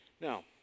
Now